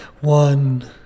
One